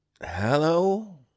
hello